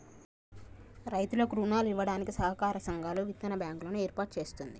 రైతులకు రుణాలు ఇవ్వడానికి సహకార సంఘాలు, విత్తన బ్యాంకు లను ఏర్పాటు చేస్తుంది